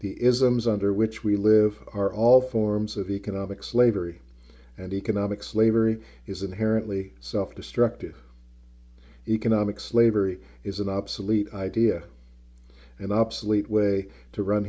the isms under which we live are all forms of economic slavery and economic slavery is inherently self destructive economic slavery is an obsolete idea an obsolete way to run